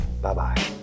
Bye-bye